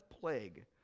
plague